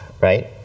right